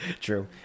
True